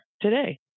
today